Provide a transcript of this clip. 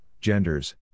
genders